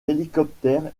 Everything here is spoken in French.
hélicoptère